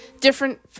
different